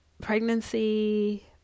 pregnancy